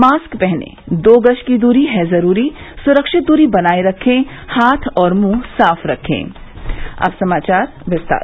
mask पहनें दो गज दूरी है जरूरी सुरक्षित दूरी बनाये रखें हाथ और मुंह साफ रखें और अब समाचार विस्तार से